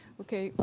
okay